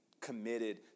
committed